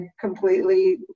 completely